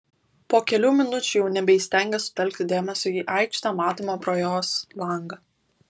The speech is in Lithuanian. po kelių minučių jau nebeįstengė sutelkti dėmesio į aikštę matomą pro jos langą